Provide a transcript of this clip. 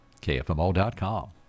KFMO.com